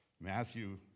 Matthew